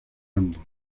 ambos